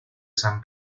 san